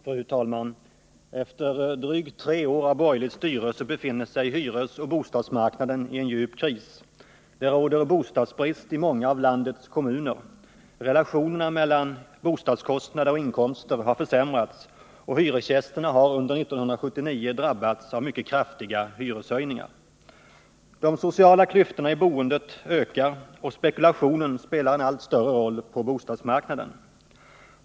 Fru talman! Efter drygt tre år av borgerligt styre befinner sig hyresoch bostadsmarknaden i en djup kris. Det råder bostadsbrist i många av landets kommuner. Relationerna mellan bostadskostnader och inkomster har försämrats, och hyresgästerna har under 1979 drabbats av mycket kraftiga hyreshöjningar. De sociala klyftorna i boendet ökar, och spekulationen spelar en allt större roll på bostadsmarknaden.